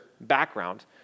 background